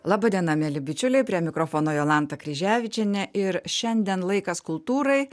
laba diena mieli bičiuliai prie mikrofono jolanta kryževičienė ir šiandien laikas kultūrai